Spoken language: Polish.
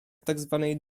tzw